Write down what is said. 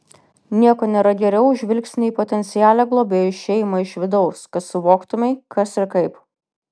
nieko nėra geriau už žvilgsnį į potencialią globėjų šeimą iš vidaus kad suvoktumei kas ir kaip